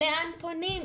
לאן פונים,